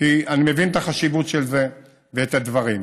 כי אני מבין את החשיבות של זה ואת הדברים.